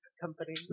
company